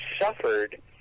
suffered